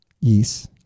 Yes